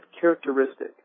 characteristic